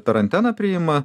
per anteną priima